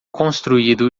construído